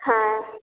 হ্যাঁ